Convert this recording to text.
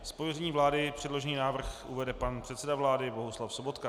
Z pověření vlády předložený návrh uvede pan předseda vlády Bohuslav Sobotka.